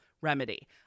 remedy